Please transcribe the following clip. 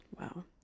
Wow